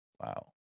wow